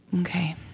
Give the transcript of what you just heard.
Okay